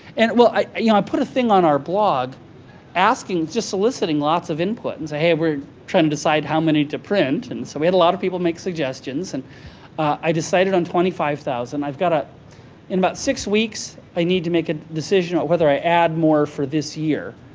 and well, i you know i put a thing on our blog asking, just soliciting, lots of input and say, hey, we're trying to decide how many to print. and so, we had a lot of people make suggestions and i decided on twenty five thousand. ah in about six weeks, i need to make a decision on whether i add more for this year.